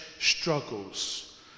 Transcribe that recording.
struggles